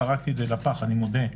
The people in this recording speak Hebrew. זרקתי את זה לפח אני מודה.